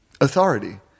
authority